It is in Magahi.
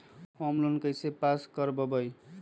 होम लोन कैसे पास कर बाबई?